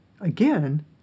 again